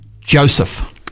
Joseph